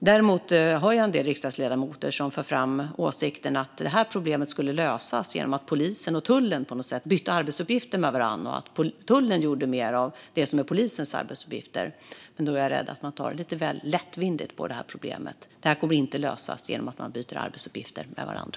Jag hör en del riksdagsledamöter som för fram åsikten att det här problemet skulle lösas genom att polisen och tullen på något sätt bytte arbetsuppgifter med varandra och genom att tullen gjorde mer av det som är polisens arbetsuppgifter. Men då är jag rädd att man tar lite väl lättvindigt på problemet. Det kommer inte att lösas genom att man byter arbetsuppgifter med varandra.